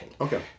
Okay